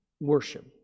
worship